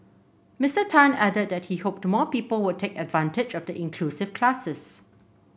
Mister Tan added that he hoped more people would take advantage of the inclusive classes